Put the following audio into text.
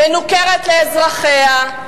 מנוכרת לאזרחיה,